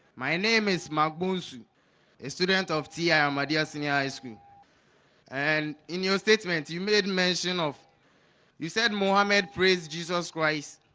my name is mark bullshaa a student of ti ahmadiyya senior high school and in your statement you made mention of you said mohammed praise jesus christ